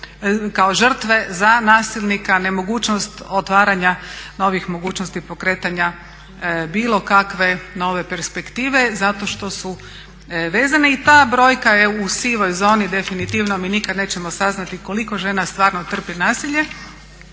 kao žrtve za nasilnika, nemogućnost otvaranja novih mogućnosti i pokretanja bilo kakve nove perspektive zato što su vezane. I ta brojka je u sivoj zoni. Definitivno mi nikad nećemo saznati koliko žena stvarno trpi nasilje